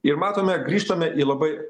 ir matome grįžtame į labai